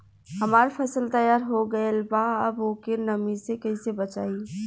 हमार फसल तैयार हो गएल बा अब ओके नमी से कइसे बचाई?